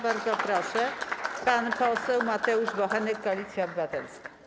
Bardzo proszę, pan poseł Mateusz Bochenek, Koalicja Obywatelska.